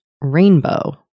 rainbow